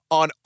on